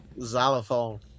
Xylophone